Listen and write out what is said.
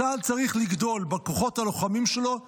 צה"ל צריך לגדול בכוחות הלוחמים שלו בכ-50%.